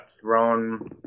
thrown